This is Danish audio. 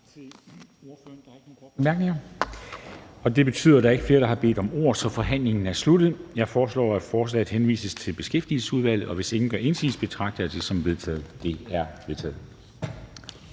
bemærkninger. Da der ikke er flere, der har bedt om ordet, er forhandlingen sluttet. Jeg foreslår, at forslaget til folketingsbeslutning henvises til Beskæftigelsesudvalget. Og hvis ingen gør indsigelse, betragter jeg det som vedtaget. Det er vedtaget.